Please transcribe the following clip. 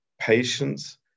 patience